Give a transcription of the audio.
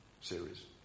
series